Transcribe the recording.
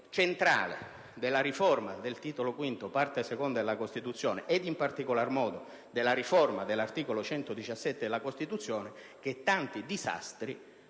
centrale della riforma del Titolo V, Parte II, della Costituzione e, in particolar modo, della riforma dell'articolo 117 della Costituzione che tanti disastri,